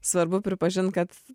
svarbu pripažint kad